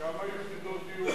כמה יחידות דיור אישרתם?